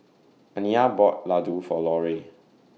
Aniyah bought Laddu For Larue